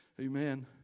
Amen